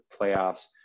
playoffs